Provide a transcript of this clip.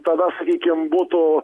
tada sakykim būtų